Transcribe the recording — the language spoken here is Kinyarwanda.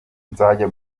nzajya